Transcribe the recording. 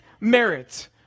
merit